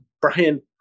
brian